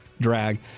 drag